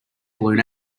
balloon